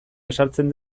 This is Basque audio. ezartzen